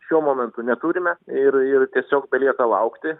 šiuo momentu neturime ir ir tiesiog belieka laukti